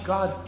God